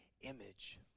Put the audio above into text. image